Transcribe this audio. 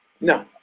no